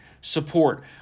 support